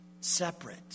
separate